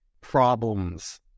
problems